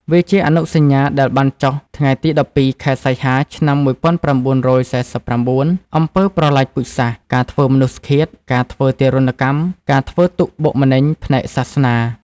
វាជាអនុសញ្ញាដែលបានចុះថ្ងៃទី១២ ខែសីហា ឆ្នាំ១៩៤៩ អំពើប្រល័យពូជសាសន៍ ការធ្វើមនុស្សឃាត ការធ្វើទារុណកម្ម ការធ្វើទុក្ខបុក ម្នេញផ្នែកសាសនា។